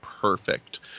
perfect